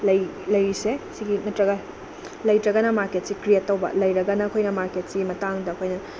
ꯂꯩꯔꯤꯁꯦ ꯁꯤꯒꯤ ꯅꯠꯇ꯭ꯔꯒ ꯂꯩꯇ꯭ꯔꯒꯅ ꯃꯥꯔꯀꯦꯠꯁꯤ ꯀ꯭ꯔꯤꯌꯦꯠ ꯇꯧꯕ ꯂꯩꯔꯒꯅ ꯑꯩꯈꯣꯏꯅ ꯃꯥꯔꯀꯦꯠꯁꯤꯒꯤ ꯃꯇꯥꯡꯗ ꯑꯩꯈꯣꯏꯅ